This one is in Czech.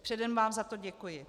Předem vám za to děkuji.